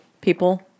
people